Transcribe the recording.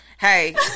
Hey